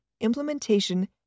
implementation